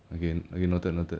again okay noted noted